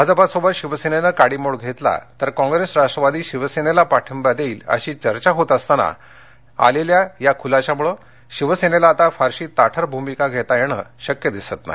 भाजपाशी शिवसेनेनं काडीमोड घेतला तर कॉप्रेस राष्ट्रवादी शिवसेनेला पाठिंबा देईल अशी चर्चा होत असताना आलेल्या या खुलाशामुळे शिवसेनेला आता फारशी ताठर भूमिका घेता येणं शक्य दिसत नाही